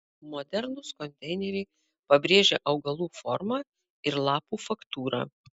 modernūs konteineriai pabrėžia augalų formą ir lapų faktūrą